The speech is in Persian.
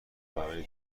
برای